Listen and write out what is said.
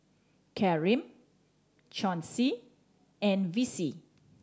Karyme Chauncey and Vicie